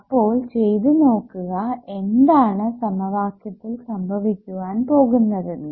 അപ്പോൾ ചെയ്തുനോക്കുക എന്താണ് സമവാക്യത്തിൽ സംഭവിക്കുവാൻ പോകുന്നതെന്ന്